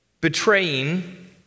betraying